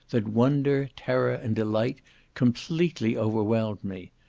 that wonder, terror, and delight completely overwhelmed me.